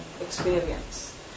experience